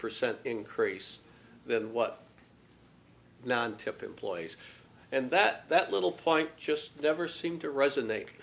percent increase than what non typical ploys and that that little point just never seemed to resonate